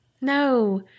No